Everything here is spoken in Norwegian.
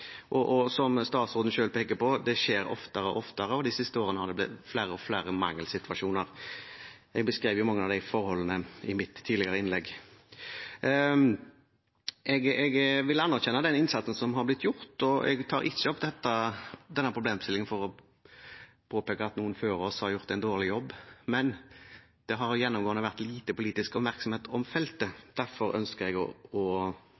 flere mangelsituasjoner. Jeg beskrev mange av de forholdene i mitt tidligere innlegg. Jeg vil anerkjenne den innsatsen som har blitt gjort. Jeg tar ikke opp denne problemstillingen for å påpeke at noen før oss har gjort en dårlig jobb, men det har gjennomgående vært lite politisk oppmerksomhet om feltet. Derfor ønsker jeg å